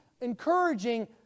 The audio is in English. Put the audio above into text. encouraging